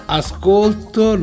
ascolto